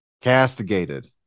castigated